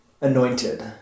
anointed